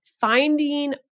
finding